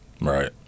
Right